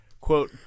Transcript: Quote